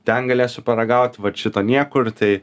ten galėsiu paragaut vat šito niekur tai